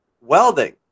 welding